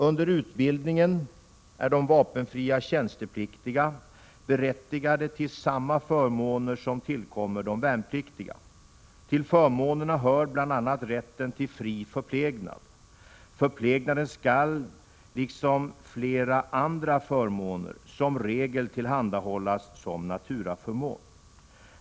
Under utbildningen är de vapenfria tjänstepliktiga berättigade till samma förmåner som tillkommer de värnpliktiga. Till förmånerna hör bl.a. rätten till fri förplägnad. Förplägnaden skall, liksom flera andra förmåner, som regel tillhandahållas som naturaförmån.